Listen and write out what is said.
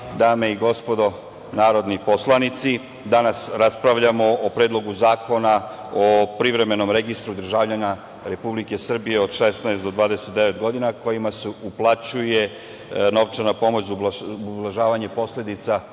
dame i gospodo narodni poslanici, danas raspravljamo o Predlogu zakona o privremenom registru državljana Republike Srbije od 16 do 29 godina kojima se uplaćuje novčana pomoć za ublažavanje posledica